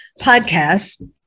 podcasts